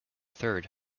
third